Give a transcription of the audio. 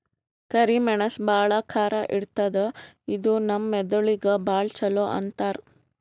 ಕರಿ ಮೆಣಸ್ ಭಾಳ್ ಖಾರ ಇರ್ತದ್ ಇದು ನಮ್ ಮೆದಳಿಗ್ ಭಾಳ್ ಛಲೋ ಅಂತಾರ್